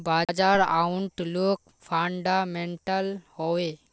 बाजार outlook fundamental हैवै?